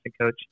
coach